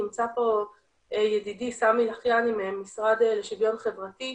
נמצא פה ידידי סמי להיאני מהמשרד לשוויון חברתי,